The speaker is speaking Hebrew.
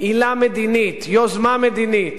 עילה מדינית, יוזמה מדינית,